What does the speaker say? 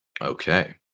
Okay